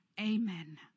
Amen